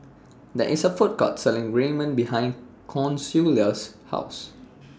There IS A Food Court Selling Ramen behind Consuela's House